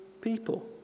people